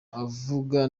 avuga